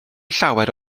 llawer